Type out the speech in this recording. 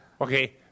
Okay